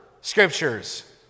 scriptures